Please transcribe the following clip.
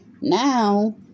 now